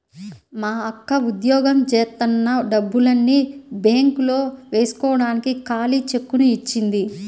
మా అక్క ఉద్యోగం జేత్తన్న డబ్బుల్ని బ్యేంకులో వేస్కోడానికి ఖాళీ చెక్కుని ఇచ్చింది